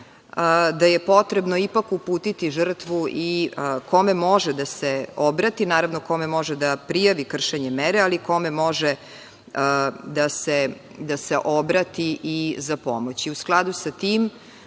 da je potrebno ipak uputiti žrtvu kome može da se obrati, naravno, kome može da prijavi kršenje mere, ali kome može da se obrati i za pomoć.U